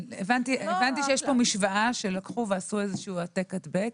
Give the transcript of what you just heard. הבנתי שיש כאן משווה שלקחו ועשו איזשהו העתק-הדבק.